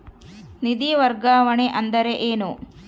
ನಿಧಿ ವರ್ಗಾವಣೆ ಅಂದರೆ ಏನು?